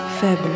faible